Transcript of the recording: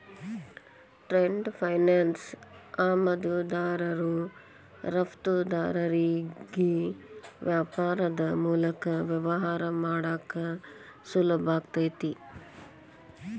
trade finance ಆಮದುದಾರರು ರಫ್ತುದಾರರಿಗಿ ವ್ಯಾಪಾರದ್ ಮೂಲಕ ವ್ಯವಹಾರ ಮಾಡಾಕ ಸುಲಭಾಕೈತಿ